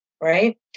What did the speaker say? right